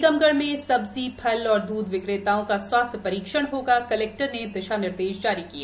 टीकमगढ मे सब्जी फल एवं दूध विक्रेताओं का स्वास्थ्य परीक्षण होगा कलैक्टर ने दिशा निर्देश जारी किए